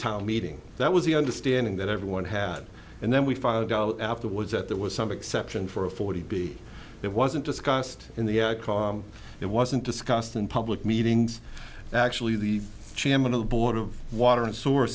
town meeting that was the understanding that everyone had and then we found out afterwards that there was some exception for a forty b that wasn't discussed in the car it wasn't discussed in public meetings actually the chairman of the board of water and s